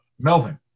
Melvin